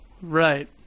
Right